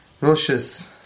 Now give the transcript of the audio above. rushes